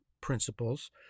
principles